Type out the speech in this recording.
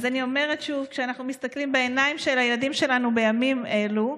אז אני אומרת שוב: כשאנחנו מסתכלים בעיניים של הילדים שלנו בימים אלו,